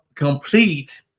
Complete